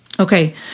Okay